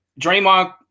Draymond